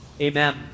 Amen